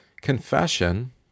Confession